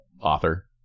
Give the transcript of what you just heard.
author